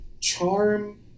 charm